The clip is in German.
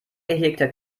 gehegter